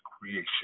creation